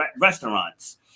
restaurants